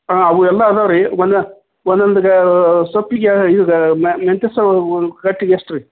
ಹಾಂ ಅವು ಎಲ್ಲ ಇದಾವ್ರಿ ಒಂದು ಒಂದೊಂದು ಸೊಪ್ಪಿಗೆ ಇದು ಮ ಮೆಂತೆ ಸೋ ಕಟ್ಟಿಗೆ ಎಷ್ಟು ರೀ